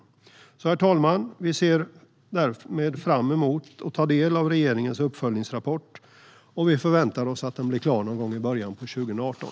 Herr talman! Vi ser därmed fram emot att ta del av regeringens uppföljningsrapport, och vi förväntar oss att den blir klar någon gång i början av 2018.